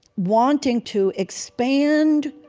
wanting to expand